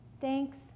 Thanks